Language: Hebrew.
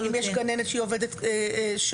אם יש גננת שהיא עובדת שלו,